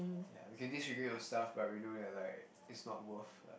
ya we can disagree on stuff but we know that like it's not worth like